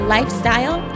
Lifestyle